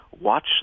watch